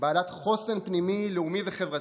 ובעלת חוסן פנימי לאומי וחברתי,